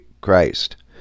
Christ